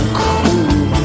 cool